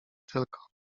tylko